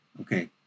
Okay